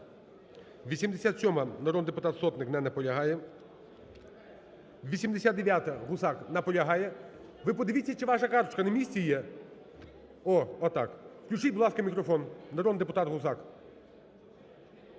87-а, народний депутат Сотник. Не наполягає. 89-а, Гусак. Наполягає. Ви подивіться, чи ваша карточка на місці є. Включіть, будь ласка, мікрофон. Народний депутат Гусак.